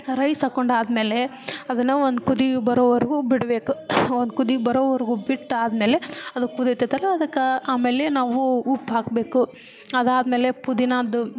rice ಹಾಕ್ಕೊಂಡಾದಮೇಲೆ ಅದನ್ನು ಒಂದು ಕುದಿ ಬರೋವರೆಗೂ ಬಿಡ್ಬೇಕು ಒಂದು ಕುದಿ ಬರೋವರೆಗೂ ಬಿಟ್ಟಾದ್ಮೇಲೆ ಅದು ಕುದೀತೈತಲ್ಲ ಅದಕ್ಕೆ ಆಮೇಲೆ ನಾವು ಉಪ್ಪು ಹಾಕಬೇಕು ಅದಾದ್ಮೇಲೆ ಪುದೀನದ್ದು